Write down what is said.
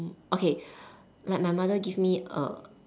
okay like my mother give me a